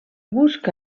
busca